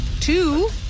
Two